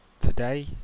today